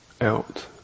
out